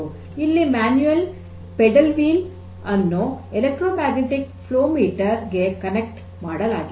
ಇಲ್ಲಿ manual pedal wheel ಅನ್ನು electromagnetic flow meter ಗೆ ಸಂಪರ್ಕ ಮಾಡಲಾಗಿದೆ